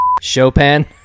Chopin